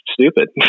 stupid